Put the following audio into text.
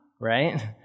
right